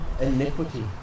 iniquity